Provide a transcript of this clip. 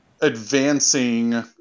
advancing